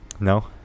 no